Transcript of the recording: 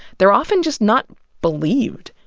they're often just not believed.